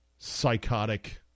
psychotic